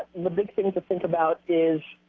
the big thing to think about is,